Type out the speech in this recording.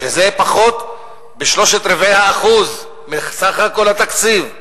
שזה פחות ב-0.75% מסך כל התקציב.